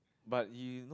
but you know